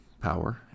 power